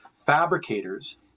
fabricators